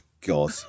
God